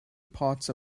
parts